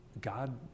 God